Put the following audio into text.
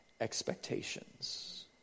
expectations